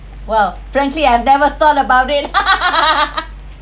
!wow! frankly I've never thought about it